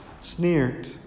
sneered